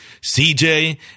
CJ